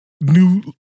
new